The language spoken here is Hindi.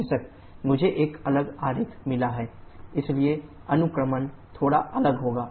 बेशक मुझे एक अलग आरेख मिला है इसलिए अनुक्रमण थोड़ा अलग होगा